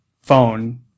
phone